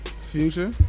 Future